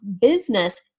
business